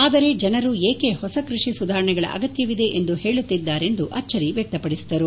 ಆದರೆ ಜನರು ಏಕೆ ಹೊಸ ಕೃಷಿ ಸುಧಾರಣೆಗಳ ಅಗತ್ಯವಿದೆ ಎಂದು ಹೇಳುತ್ತಿದ್ದಾರೆ ಎಂದು ಅಚ್ಚರಿ ವ್ಯಕ್ತಪಡಿಸಿದರು